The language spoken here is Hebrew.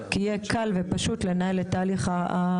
כי יהיה הרבה יותר קל ופשוט לנהל את תהליך ההעסקה.